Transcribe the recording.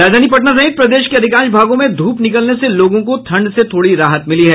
राजधानी पटना सहित प्रदेश के अधिकांश भागों में धूप निकलने से लोगों को ठंड से थोड़ी राहत मिली है